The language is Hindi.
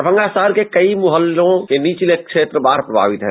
दरभंगा शहर के कयी मुहल्लों के नीचले क्षेत्र बाढ़ प्रभावित हैं